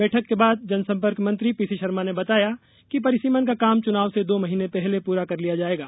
बैठक के बाद जनसंपर्क मंत्री पीसी शर्मा ने बताया कि परिसीमन का काम चुनाव से दो महीने पहले पूरा कर लिया जाएगा